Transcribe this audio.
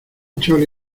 chole